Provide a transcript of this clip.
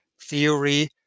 theory